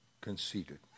conceited